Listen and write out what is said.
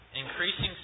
increasing